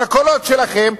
בקולות שלכם,